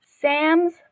Sam's